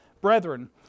Brethren